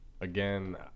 Again